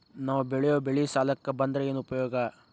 ನಾವ್ ಬೆಳೆಯೊ ಬೆಳಿ ಸಾಲಕ ಬಂದ್ರ ಏನ್ ಉಪಯೋಗ?